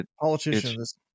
politicians